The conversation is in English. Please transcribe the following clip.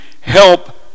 help